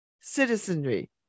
citizenry